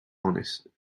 honest